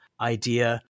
idea